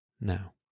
now